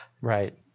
Right